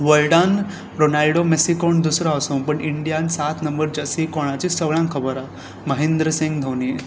वल्डान Ronaldo Messi कोण दुसरो आसू पूण इंडियान सात नंबर जर्सी कोणाची सगळ्यांक खबर आसा महेंद्र सिंग धोनी